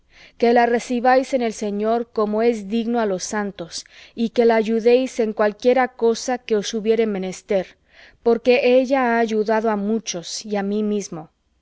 que la recibáis en el señor como es digno á los santos y que la ayudéis en cualquiera cosa en que os hubiere menester porque ella ha ayudado á muchos y á mí mismo